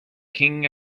king